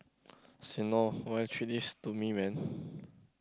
sian loh why you treat this to me man